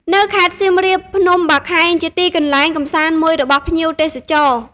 នៅខេត្តសៀមរាប ភ្នំបាខែងជាទីកន្លែងកំសាន្តមួយរបស់ភ្ញៀវទេសចរ ។